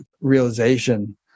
realization